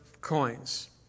coins